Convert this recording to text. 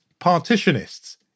partitionists